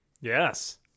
Yes